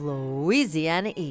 Louisiana